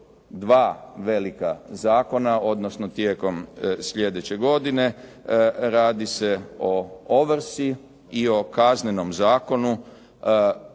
dva velika zakona, odnosno tijekom sljedeće godine. Radi se o Ovrsi i o Kaznenom zakonu